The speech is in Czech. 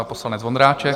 Poslanec Vondráček.